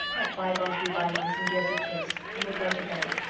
let bygones be bygones, and gie us a kiss, and we'll go to bed.